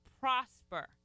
prosper